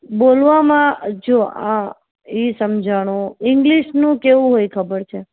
બોલવામાં જો એ સમજાણું ઇંગ્લિશનું કેવું હોય ખબર છે